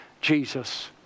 Jesus